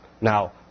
Now